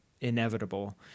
inevitable